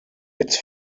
its